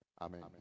Amen